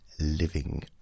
living